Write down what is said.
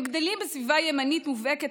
הם גדלים בסביבה ימנית מובהקת,